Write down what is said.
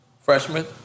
Freshman